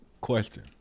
question